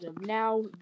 now